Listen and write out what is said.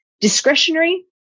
discretionary